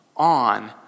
On